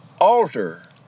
alter